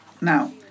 Now